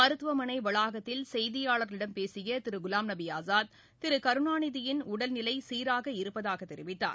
மருத்துவமனை வளாகத்தில் செய்தியாளர்களிடம் பேசிய திரு குலாம் நபி ஆஸாத் திரு கருணாநிதியின் உடல்நிலை சீராக இருப்பதாகத் தெரிவித்தார்